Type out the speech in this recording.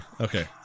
Okay